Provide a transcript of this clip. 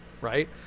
Right